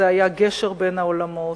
זה היה: גשר בין העולמות,